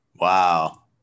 Wow